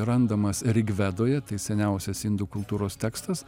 randamas rigvedoje tai seniausias indų kultūros tekstas